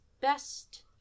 best